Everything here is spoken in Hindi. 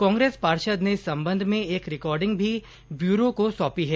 कांग्रेस पार्षद ने इस सम्बन्ध में एक रिकॉर्डिंग भी ब्यूरो को सौंपी है